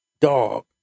dog